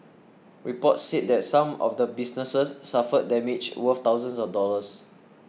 reports said that some of the businesses suffered damage worth thousands of dollars